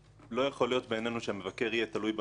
לא יכול להיות בעינינו שמבקר יהיה תלוי במבוקר.